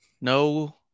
No